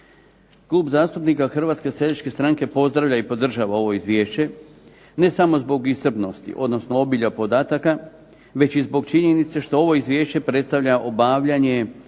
Klub zastupnika Hrvatske seljačke stranke pozdravlja i podržava ovo izvješće, ne samo zbog iscrpnosti, odnosno obilja podataka, već i zbog činjenice što ovo izvješće predstavlja obavljanje